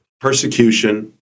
persecution